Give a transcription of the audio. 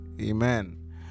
amen